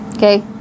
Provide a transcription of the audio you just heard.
Okay